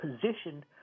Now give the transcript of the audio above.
positioned